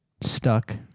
stuck